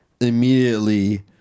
immediately